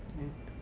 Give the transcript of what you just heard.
hmm